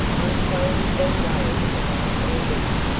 i'm sorry you've been worried about all this.